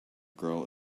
girl